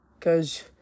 Cause